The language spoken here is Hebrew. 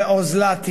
ואוזלת יד,